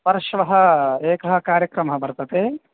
परश्वः एकः कार्यक्रमः वर्तते